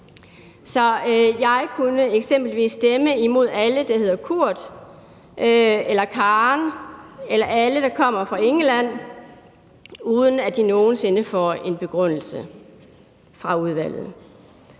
Jeg kunne eksempelvis stemme imod alle, der hedder Kurt eller Karen, eller imod alle, der kommer fra England, uden at de nogen sinde ville få en begrundelse af udvalget.